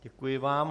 Děkuji vám.